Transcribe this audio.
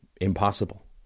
impossible